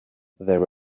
there